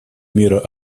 мира